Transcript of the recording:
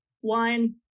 one